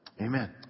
amen